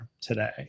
today